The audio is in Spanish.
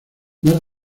más